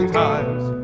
times